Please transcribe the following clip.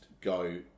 go